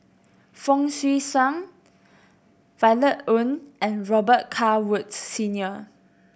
Fong Swee Suan Violet Oon and Robet Carr Woods Senior